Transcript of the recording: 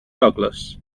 douglas